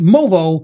Movo